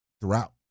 throughout